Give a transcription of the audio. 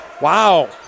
Wow